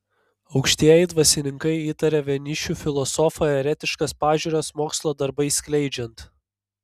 aukštieji dvasininkai įtarė vienišių filosofą eretiškas pažiūras mokslo darbais skleidžiant